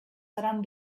seran